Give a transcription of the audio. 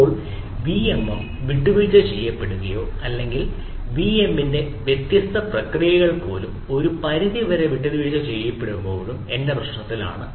ഇപ്പോൾ വിഎംഎം വിട്ടുവീഴ്ച ചെയ്യപ്പെടുകയോ അല്ലെങ്കിൽ വിഎമ്മിന്റെ വ്യത്യസ്ത പ്രക്രിയകൾപോലും ഒരു പരിധിവരെ വിട്ടുവീഴ്ച ചെയ്യുമ്പോഴും എന്റെ പ്രശ്നത്തിലാണ്